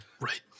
Right